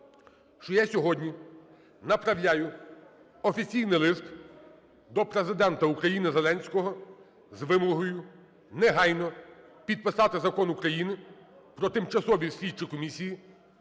що я сьогодні направляю офіційний лист до Президента України Зеленського з вимогою негайно підписати Закон України "Про тимчасові слідчі комісії,